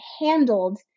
handled